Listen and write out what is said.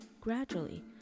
Gradually